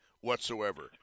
whatsoever